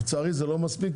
לצערי זה לא מספיק,